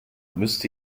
müsst